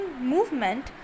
movement